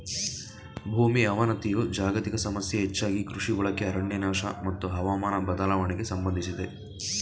ಭೂಮಿ ಅವನತಿಯು ಜಾಗತಿಕ ಸಮಸ್ಯೆ ಹೆಚ್ಚಾಗಿ ಕೃಷಿ ಬಳಕೆ ಅರಣ್ಯನಾಶ ಮತ್ತು ಹವಾಮಾನ ಬದಲಾವಣೆಗೆ ಸಂಬಂಧಿಸಿದೆ